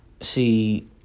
See